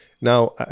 Now